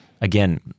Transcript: again